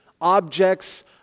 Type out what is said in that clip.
objects